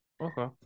okay